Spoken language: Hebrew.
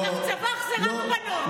לצווח זה רק בנות,